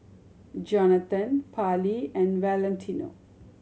Johnathon Parlee and Valentino